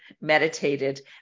meditated